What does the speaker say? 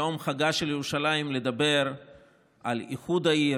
יום חגה של ירושלים, לדבר על איחוד העיר.